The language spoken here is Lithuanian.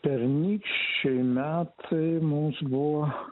pernykščiai metai mums buvo